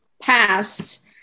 passed